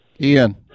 Ian